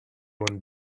one